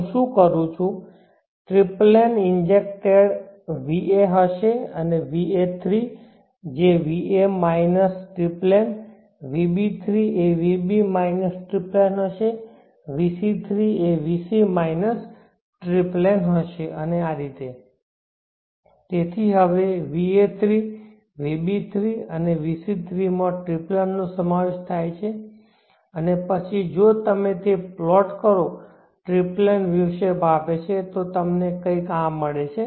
હું શું કરું છું ટ્રિપલેન ઇન્જેક્ટેડ va હશે va3 જે va માઇનસ ટ્રિપલેન vb3 એ vb માઇનસ ટ્રિપલેન હશે vc3 એ vc માઇનસ ટ્રિપલેન હશે અને આ રીતે તેથી હવે va3 vb3 vc3 માં ટ્રિપલેન નો સમાવેશ થાય છે અને પછી જો તમે તે પ્લોટ કરો ટ્રિપલેન વેવ શેપ આપે છે તો તમને આ કંઈક મળે છે